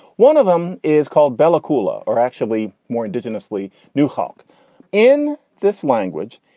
one of them is called bella coola or actually more indigenously new hawk in this language.